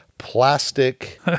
Plastic